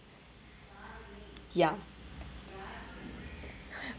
ya